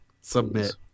Submit